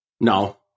No